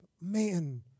Man